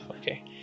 okay